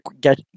get